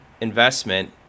investment